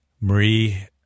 Marie